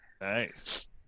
Nice